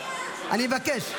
--- בבקשה,